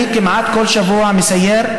אני כמעט כל שבוע מסייר,